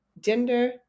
Gender